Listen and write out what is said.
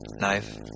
knife